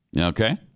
Okay